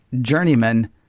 journeyman